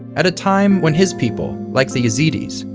at a time when his people, like the yazidis,